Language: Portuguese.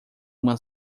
uma